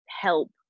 help